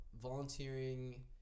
volunteering